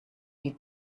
die